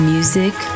Music